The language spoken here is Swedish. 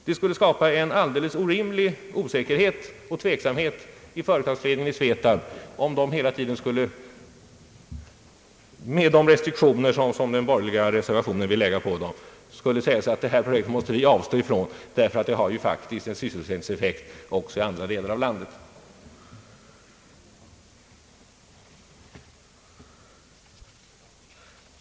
Det skulle skapa en alldeles orimlig osäkerhet och tveksamhet för företagsledningen i SVETAB om den hela tiden — med de restriktioner som den borgerliga reservationen vill lägga på den — skulle behöva säga sig att det eller det projektet måste vi avstå från därför att det faktiskt får en sysselsättningseffekt också i andra delar av landet.